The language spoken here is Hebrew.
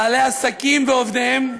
בעלי עסקים ועובדיהם,